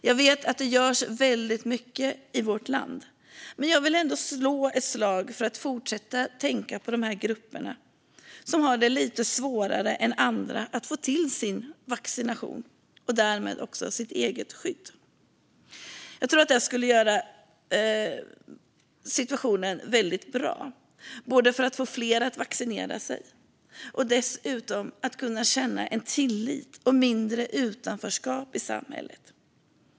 Jag vet att det görs väldigt mycket i vårt land, men jag vill ändå slå ett slag för att man ska fortsätta att tänka på de grupper som har det lite svårare än andra att få till sin vaccination och därmed också sitt eget skydd. Jag tror att det skulle göra situationen väldigt bra. Det handlar om att få fler att vaccinera sig. Dessutom skulle dessa människor kunna känna en tillit och mindre utanförskap i samhället.